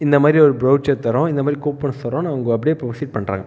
இந்தமாதிரி ஒரு ப்ரவ்ச்சர் தர்றோம் இந்தமாதிரி கூப்பன்ஸ் தர்றோம் நாங்கள் அப்படியே ப்ரோசிட் பண்ணுறாங்க